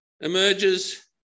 emerges